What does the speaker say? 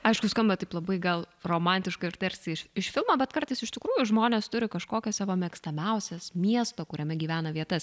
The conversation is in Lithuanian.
aišku skamba taip labai gal romantiška ir tarsi iš iš filmo bet kartais iš tikrųjų žmonės turi kažkokias savo mėgstamiausias miesto kuriame gyvena vietas